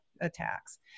attacks